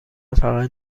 فقط